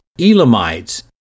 Elamites